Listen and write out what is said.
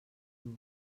dur